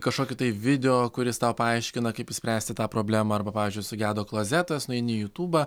kažkokį tai video kuris tau paaiškina kaip išspręsti tą problemą arba pavyzdžiui sugedo klozetas nueini į jūtūbą